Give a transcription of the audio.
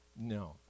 No